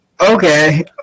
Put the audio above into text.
Okay